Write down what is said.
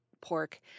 pork